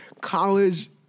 college